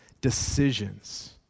Decisions